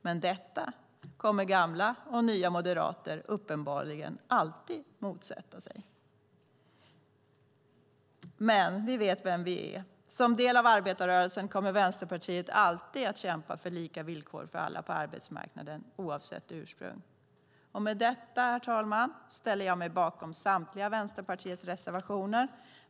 Men detta kommer gamla och nya moderater uppenbarligen alltid att motsätta sig. Vi vet vilka vi är. Som del av arbetarrörelsen kommer Vänsterpartiet alltid att kämpa för lika villkor för alla på arbetsmarknaden, oavsett ursprung. Med detta, herr talman, ställer jag mig bakom Vänsterpartiets samtliga reservationer.